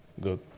good